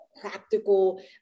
practical